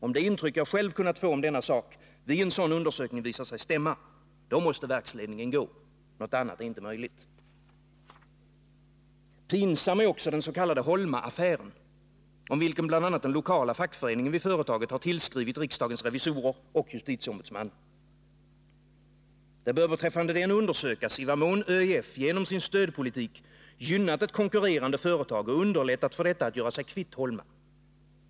Om det intryck jag själv kunnat få av denna sak vid en sådan undersökning visar sig stämma, så måste verksledningen gå — något annat är inte möjligt. Pinsam är också den s.k. Holmaaffären, om vilken bl.a. den lokala fackföreningen vid företaget har tillskrivit riksdagens revisorer och justitieombudsmannen. Det bör här undersökas i vad mån ÖEF genom sin stödpolitik gynnat ett konkurrerande företag och underlättat för detta att göra sig kvitt Holma.